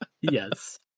yes